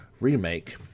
remake